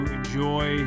enjoy